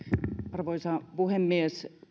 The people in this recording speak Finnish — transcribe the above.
arvoisa puhemies